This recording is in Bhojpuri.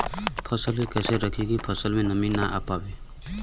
फसल के कैसे रखे की फसल में नमी ना आवा पाव?